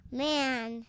man